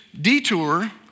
detour